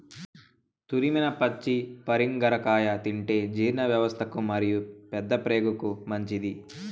తురిమిన పచ్చి పరింగర కాయ తింటే జీర్ణవ్యవస్థకు మరియు పెద్దప్రేగుకు మంచిది